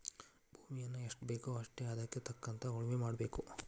ಭೂಮಿಯನ್ನಾ ಎಷ್ಟಬೇಕೋ ಅಷ್ಟೇ ಹದಕ್ಕ ತಕ್ಕಂಗ ಉಳುಮೆ ಮಾಡಬೇಕ